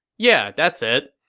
yeah that's it.